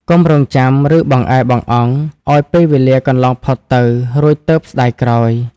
កុំរង់ចាំ ឬបង្អែបង្អង់ឱ្យពេលវេលាកន្លងផុតទៅ រួចទើបស្ដាយក្រោយ ។